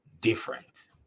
different